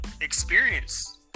experience